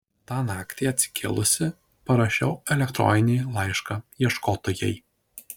tą naktį atsikėlusi parašiau elektroninį laišką ieškotojai